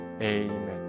amen